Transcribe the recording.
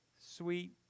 sweet